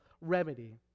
remedy